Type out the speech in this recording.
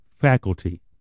faculty